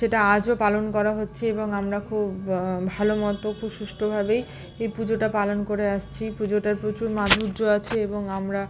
সেটা আজও পালন করা হচ্ছে এবং আমরা খুব ভালো মতো খুব সুষ্ঠভাবেই এই পুজোটা পালন করে আসছি পুজোটার প্রচুর মাধুর্য আছে এবং আমরা